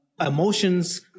emotions